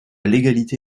légalité